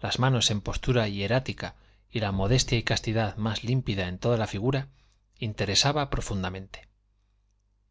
las manos en postura hierática y la modestia y castidad más límpida en toda la figura interesaba profundamente